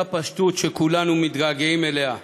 אותה פשטות שכולנו מתגעגעים אליה,